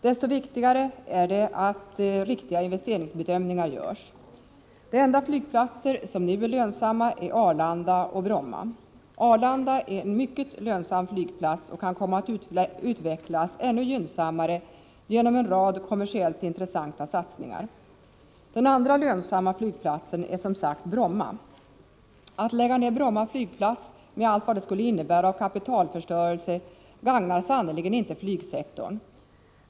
Desto viktigare är det att riktiga investeringsbedömningar görs. De enda flygplatser som nu är lönsamma är Arlanda och Bromma. Arlanda är en mycket lönsam flygplats och kan komma att utvecklas ännu mycket gynnsammare genom en rad kommersiellt intressanta satsningar. Den andra lönsamma flygplatsen är som sagt Bromma. Att lägga ned Bromma flygplats med allt vad det skulle innebära av kapitalförstörelse gagnar sannerligen inte flygsektorn.